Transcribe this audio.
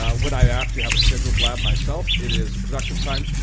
ah when i actually have a scheduled blab myself, it is productive time.